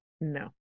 no